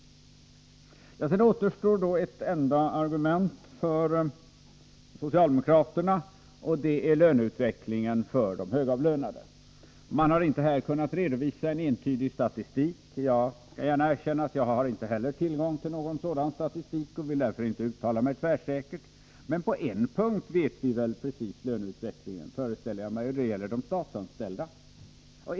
Sedan återstår ett enda argument för socialdemokraterna, nämligen löneutvecklingen för de högavlönade. Regeringen har här inte kunnat redovisa en entydig statistik. Jag skall villigt erkänna att inte heller jag har tillgång till någon sådan statistik, och jag vill därför inte uttala mig tvärsäkert. Men på en punkt föreställer jag mig att vi vet precis hur löneutvecklingen kommer att bli, nämligen när det gäller de statsanställda.